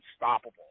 unstoppable